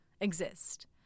exist